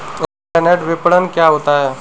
Internet विपणन क्या होता है?